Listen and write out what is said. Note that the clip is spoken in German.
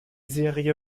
serie